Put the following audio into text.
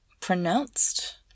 pronounced